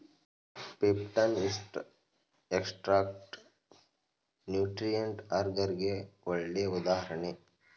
peptone, yeast extract nutrient ಅಗರ್ಗೆ ಗೆ ಒಳ್ಳೆ ಉದಾಹರಣೆ